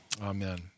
amen